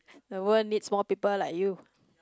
the world needs more people like you